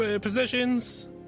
positions